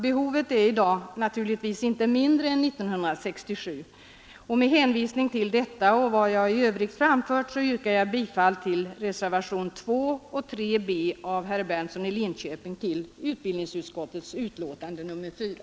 Behovet i dag är naturligtvis inte mindre än 1967. Med hänvisning till detta och till vad jag i övrigt framfört yrkar jag bifall till de vid utbildningsutskottet betänkande nr 4 fogade reservationerna 2 och 3 b av herr Berndtson i Linköping.